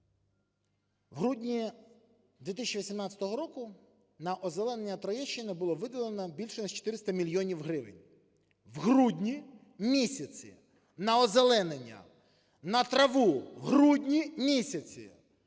В грудні 2018 року на озеленення Троєщини було виділено більше ніж 400 мільйонів гривень. В грудні місяці на озеленення, на траву в грудні місяці